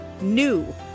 new